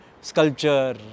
sculpture